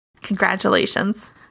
congratulations